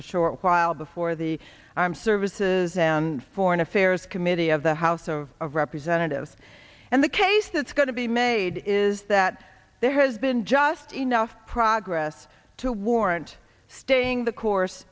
a short while before the arm services and foreign affairs committee of the house of representatives and the case that's going to be made is that there has been just enough progress to warrant staying the course